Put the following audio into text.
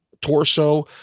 torso